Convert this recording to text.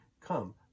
come